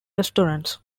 restaurants